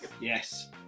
Yes